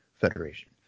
federation